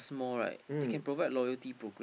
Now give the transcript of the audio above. mm